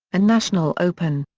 and national open.